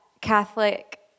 Catholic